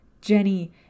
Jenny